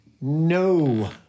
No